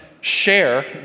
share